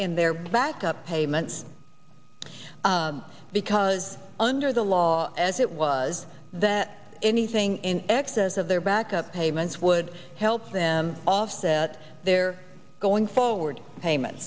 in their back up payments because under the law as it was that anything in excess of their back up payments would help them offset their going forward payment